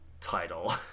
title